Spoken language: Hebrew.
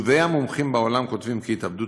טובי המומחים בעולם כותבים כי התאבדות